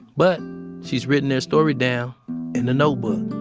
but she's written their story down in a notebook,